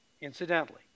Incidentally